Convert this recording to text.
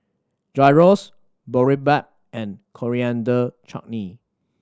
Gyros Boribap and Coriander Chutney